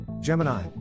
Gemini